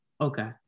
okay